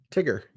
Tigger